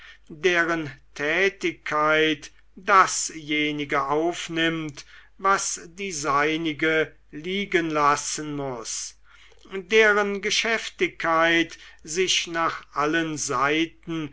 deren tätigkeit dasjenige aufnimmt was die seinige liegen lassen muß deren geschäftigkeit sich nach allen seiten